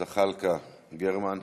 זחאלקה, גרמן,